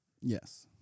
Yes